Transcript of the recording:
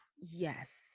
yes